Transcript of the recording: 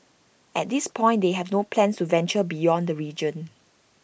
at this point they have no plans to venture beyond the region